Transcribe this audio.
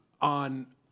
on –